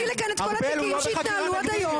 בוא נביא לכאן את כל התיקים שהתנהלו עד היום.